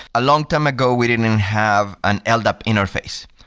a longtime ago we didn't and have an ldap interface.